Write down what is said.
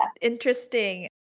interesting